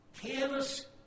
Careless